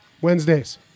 Wednesdays